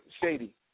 Shady